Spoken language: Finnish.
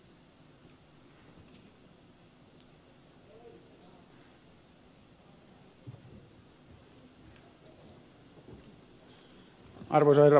arvoisa herra puhemies